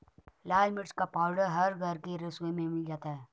लाल मिर्च का पाउडर हर घर के रसोई में मिल जाता है